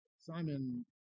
Simon